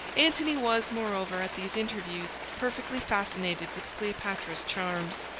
antony was, moreover, at these interviews, perfectly fascinated with cleopatra's charms.